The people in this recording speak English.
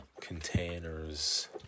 containers